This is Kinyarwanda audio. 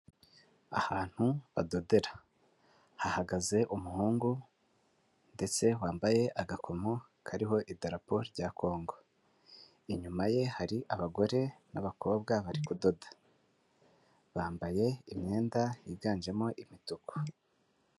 Ahantu badodera. Hahagaze umuhungu ndetse wambaye agakomo kariho idarapo rya Kongo. Inyuma ye hari abagore n'abakobwa bari kudoda. Bambaye imyenda yiganjemo imituku.